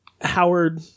Howard